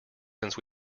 since